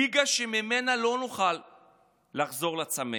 ליגה שממנה לא נוכל לחזור לצמרת.